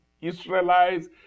Israelites